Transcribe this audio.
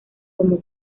como